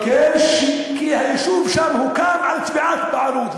כי היישוב שם הוקם על תביעת בעלות,